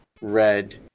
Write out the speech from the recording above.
red